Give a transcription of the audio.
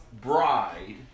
bride